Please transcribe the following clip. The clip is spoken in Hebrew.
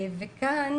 וכאן